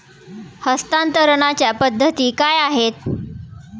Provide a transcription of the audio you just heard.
हस्तांतरणाच्या पद्धती काय आहेत?